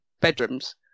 bedrooms